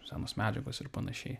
senos medžiagos ir panašiai